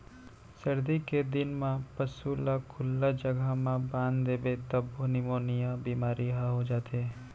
सरदी के दिन म पसू ल खुल्ला जघा म बांध देबे तभो निमोनिया बेमारी हर हो जाथे